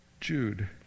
Jude